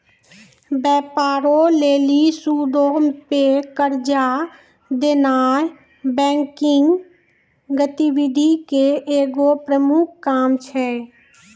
व्यापारो लेली सूदो पे कर्जा देनाय बैंकिंग गतिविधि के एगो प्रमुख काम छै